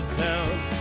town